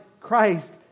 Christ